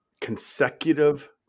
consecutive